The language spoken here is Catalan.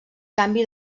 canvi